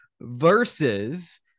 versus